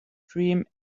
dream